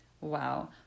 Wow